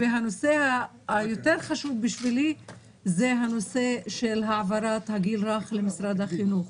והנושא היותר חשוב בשבילי זה הנושא של העברת הגיל הרך למשרד החינוך.